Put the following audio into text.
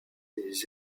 des